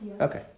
Okay